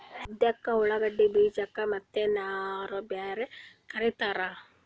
ಸಂತ್ಯಾಗ ಉಳ್ಳಾಗಡ್ಡಿ ಬೀಜಕ್ಕ ಮತ್ತೇನರ ಬ್ಯಾರೆ ಕರಿತಾರ?